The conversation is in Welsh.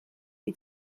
wyt